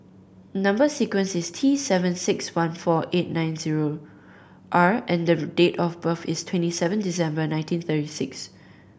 number sequence is T seven six one four eight nine zero R and date of birth is twenty seven December nineteen thirty six